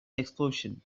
explosion